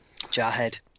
Jarhead